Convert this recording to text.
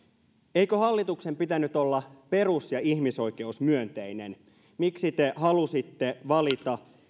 eikö hallituksen pitänyt olla perus ja ihmisoikeusmyönteinen miksi te halusitte valita